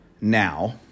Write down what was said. now